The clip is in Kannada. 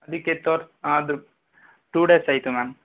ಅದಕ್ಕೆ ತೋರ್ ಅದು ಟೂ ಡೇಸ್ ಆಯ್ತು ಮ್ಯಾಮ್